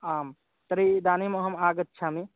आं तर्हि इदानीम् अहम् आगच्छामि